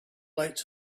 lights